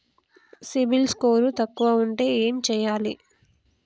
CIBIL score తక్కువ ఉంటే ఏం చేయాలి?